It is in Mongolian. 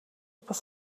бус